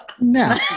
no